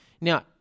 Now